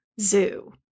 Zoo